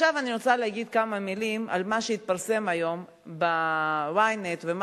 עכשיו אני רוצה להגיד כמה מלים על מה שהתפרסם היום ב-Ynet ומה